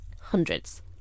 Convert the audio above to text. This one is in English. hundreds